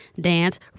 dance